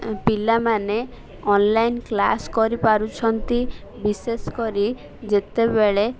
ପିଲାମାନେ online class କରିପାରୁଛନ୍ତି ବିଶେଷ କରି ଯେତେବେଳେ